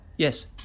Yes